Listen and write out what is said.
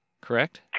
correct